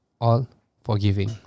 All-Forgiving